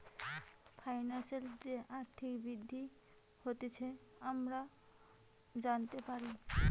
ফাইন্যান্সের যে আর্থিক বৃদ্ধি হতিছে আমরা জানতে পারি